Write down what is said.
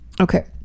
Okay